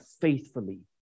faithfully